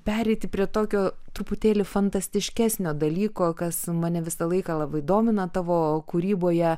pereiti prie tokio truputėlį fantastiškesnio dalyko kas mane visą laiką labai domina tavo kūryboje